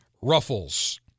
Ruffles